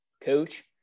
coach